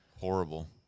Horrible